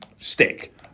Stick